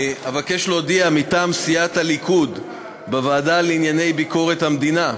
מטעם סיעת הליכוד, בוועדה לענייני ביקורת המדינה,